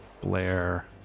Blair